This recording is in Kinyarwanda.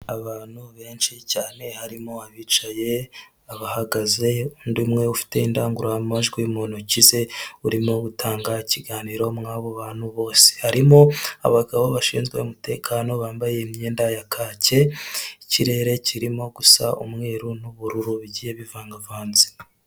Abantu benshi cyane harimo abicaye, abahagaze, undi umwe ufite indangururamajwi mu ntoki ze urimo gutanga ikiganiro mu abo bantu bose, harimo abagabo bashinzwe umutekano bambaye imyenda ya kake, ikirere kirimo gusa umweru n'ubururu bigiye bivangavanze.